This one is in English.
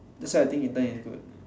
that's why I think intern is good